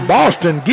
Boston